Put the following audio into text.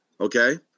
okay